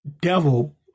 devil